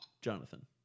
Jonathan